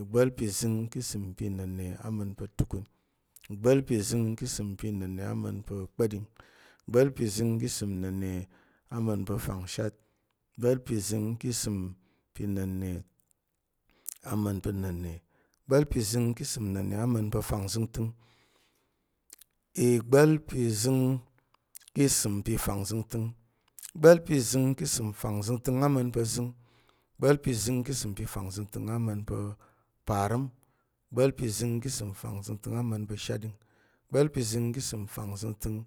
igba̱l pi zəng ki isəm pi na̱nne ama̱n pa̱ tukun, igba̱l pi zəng ki isəm pi na̱nne ama̱n pa̱ kpa̱ɗing, igba̱l pi zəng ki isəm na̱nne ama̱n pa̱ fangshat, igba̱l pi zəng ki isəm pi na̱nne ama̱n pa̱ na̱nne, igba̱l pi zəng ki isəm na̱nne ama̱n pa̱ fangzəngtəng, igba̱l pi zəng ki isəm pi fangzəngtəng, igba̱l pi zəng ki isəm fangzəngtəng ama̱n pa̱ zəng, igba̱l pi zəng ki isəm fangzəngtəng ama̱n pa̱ parəm, igba̱l pi zəng ki isəm fangzəngtəng ama̱n pa̱ shatɗing, igba̱l pi zəng ki isəm fangzəngtəng